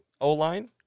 O-line